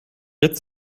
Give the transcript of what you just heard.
jetzt